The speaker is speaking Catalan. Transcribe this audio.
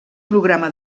programa